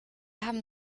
haben